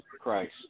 Christ